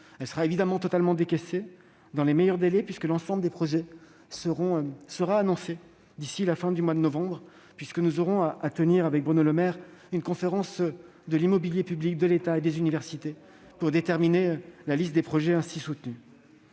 Elle sera évidemment totalement décaissée dans les meilleurs délais, puisque l'ensemble des projets sera annoncé d'ici à la fin du mois de novembre. Nous aurons à tenir avec Bruno Le Maire une conférence de l'immobilier public de l'État et des universités pour déterminer la liste des projets soutenus.